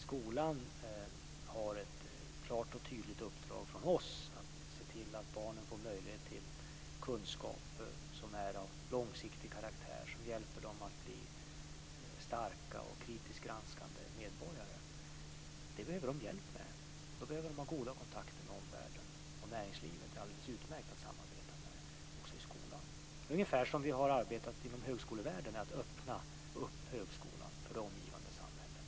Skolan har ett klart och tydligt uppdrag från oss att se till att barnen får möjlighet till kunskaper som är av långsiktig karaktär och som hjälper dem att bli starka och kritiskt granskande medborgare. Det behöver skolorna ha hjälp med. Då behöver de ha goda kontakter med omvärlden, och näringslivet är alldeles utmärkt att samarbeta med också i skolan. Det ungefär som vi har arbetat inom högskolevärlden, där vi har öppnat upp högskolan för det omgivande samhället.